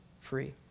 free